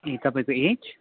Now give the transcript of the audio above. ए तपाईँको एज